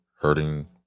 hurting